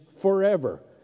forever